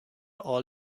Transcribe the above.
all